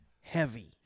Heavy